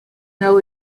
know